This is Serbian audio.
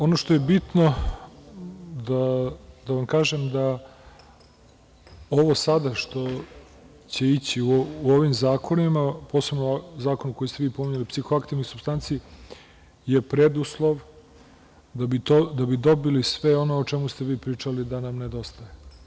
Ono što je bitno da vam kažem da ovo sada što će ići u ovim zakonima, posebno Zakon koji ste vi pominjali, o psihoaktivnim supstancama, je preduslov da bi dobili sve ono o čemu ste vi pričali da nam nedostaje.